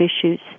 issues